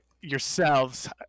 yourselves